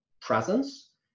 presence